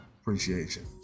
appreciation